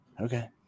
Okay